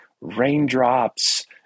raindrops